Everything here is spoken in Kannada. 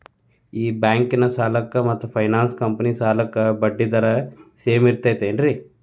ಈ ಬ್ಯಾಂಕಿನ ಸಾಲಕ್ಕ ಮತ್ತ ಫೈನಾನ್ಸ್ ಕಂಪನಿ ಸಾಲಕ್ಕ ಬಡ್ಡಿ ದರ ಸೇಮ್ ಐತೇನ್ರೇ?